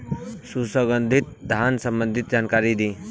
सुगंधित धान संबंधित जानकारी दी?